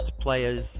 players